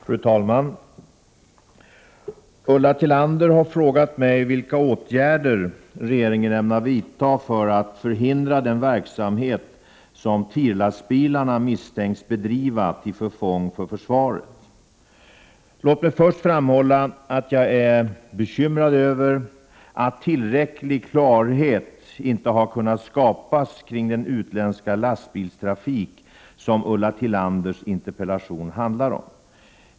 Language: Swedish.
Fru talman! Ulla Tillander har frågat mig vilka åtgärder regeringen ämnar vidta för att förhindra den verksamhet som TIR-lastbilarna misstänks bedriva till förfång för försvaret. Låt mig först framhålla att jag är bekymrad över att tillräcklig klarhet inte har kunnat skapas kring den utländska lastbilstrafik som Ulla Tillanders interpellation handlar om.